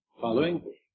following